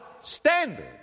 standard